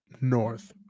north